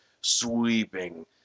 sweeping